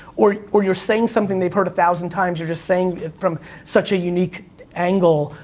or or you're saying something they've heard a thousand times, you're just saying it from such a unique angle,